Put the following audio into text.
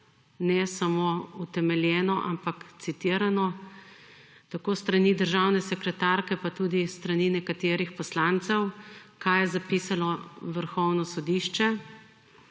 ne samo utemeljeno, ampak citirano tako s strani državne sekretarke, pa tudi s strani nekaterih poslancev, kaj je zapisalo Vrhovno sodišče.